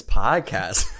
podcast